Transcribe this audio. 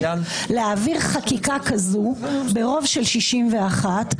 להעביר חקיקה כזאת ברוב של 61,